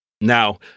Now